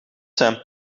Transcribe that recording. zijn